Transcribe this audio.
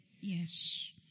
Yes